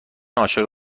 عاشق